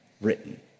written